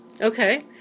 Okay